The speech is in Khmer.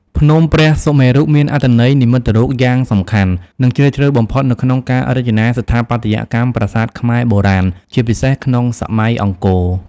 ភ្នំព្រះសុមេរុ មានអត្ថន័យនិមិត្តរូបយ៉ាងសំខាន់ និងជ្រាលជ្រៅបំផុតនៅក្នុងការរចនាស្ថាបត្យកម្មប្រាសាទខ្មែរបុរាណ ជាពិសេសក្នុងសម័យអង្គរ។